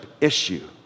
issue